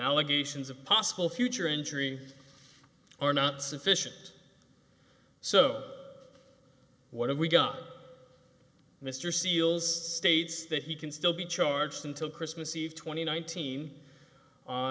allegations of possible future injury are not sufficient so what have we got mr seales states that he can still be charged until christmas eve twenty nineteen